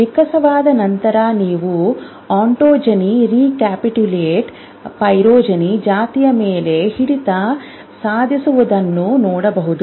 ವಿಕಾಸದ ನಂತರ ನೀವು ಒಂಟೊಜೆನಿ ರಿಕ್ಯಾಪಿಟ್ಯುಲೇಟ್ ಫೈಲೋಜೆನಿ ಜಾತಿಯ ಮೇಲೆ ಹಿಡಿತ ಸಾಧಿಸುವುದನ್ನು ನೋಡಬಹುದು